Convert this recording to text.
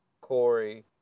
Corey